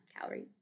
calorie